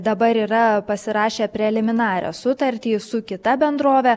dabar yra pasirašę preliminarią sutartį su kita bendrove